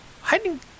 Hiding